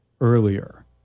earlier